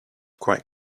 quite